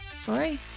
Sorry